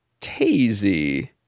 tazy